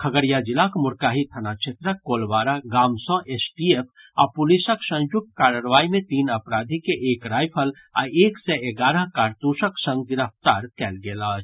खगड़िया जिलाक मोरकाही थाना क्षेत्रक कोलवाड़ा गाम सँ एसटीएफ आ पुलिसक संयुक्त कार्रवाई मे तीन अपराधी के एक राईफल आ एक सय एगारह कारतूसक संग गिरफ्तार कयल गेल अछि